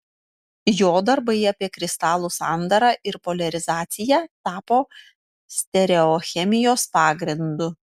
jo darbai apie kristalų sandarą ir poliarizaciją tapo stereochemijos pagrindu